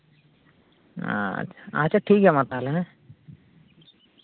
ᱟᱨ ᱟᱪᱪᱷᱟ ᱴᱷᱤᱠ ᱜᱮᱭᱟ ᱢᱟ ᱛᱟᱦᱞᱮ